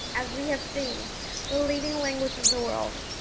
as we have seen leading language of the world.